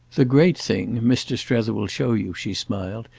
the great thing, mr. strether will show you, she smiled,